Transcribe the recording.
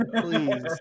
Please